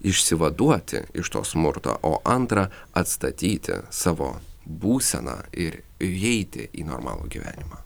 išsivaduoti iš to smurto o antra atstatyti savo būseną ir ir įeiti į normalų gyvenimą